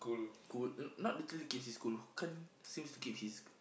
cool n~ not literally keep his cool can't seems to keep his